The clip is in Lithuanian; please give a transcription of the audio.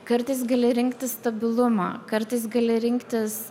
kartais gali rinktis stabilumą kartais gali rinktis